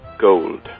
gold